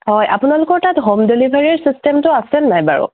হয় আপোনালোকৰ তাত হোম ডেলিভাৰী ছিষ্টেমটো আছেন নাই বাৰু